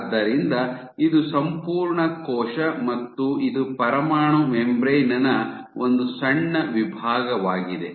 ಆದ್ದರಿಂದ ಇದು ಸಂಪೂರ್ಣ ಕೋಶ ಮತ್ತು ಇದು ಪರಮಾಣು ಮೆಂಬ್ರೇನ್ ನ ಒಂದು ಸಣ್ಣ ವಿಭಾಗವಾಗಿದೆ